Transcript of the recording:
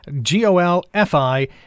G-O-L-F-I